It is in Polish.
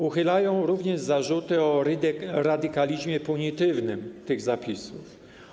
Uchylają również zarzuty o radykalizmie punitywnym tych zapisów.